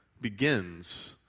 begins